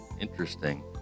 interesting